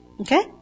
Okay